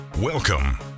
Welcome